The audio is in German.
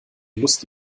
lust